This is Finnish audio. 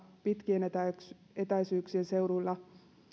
pitkien etäisyyksien etäisyyksien seuduilla